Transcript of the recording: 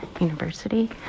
University